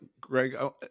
Greg